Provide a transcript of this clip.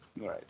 right